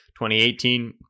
2018